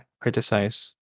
criticize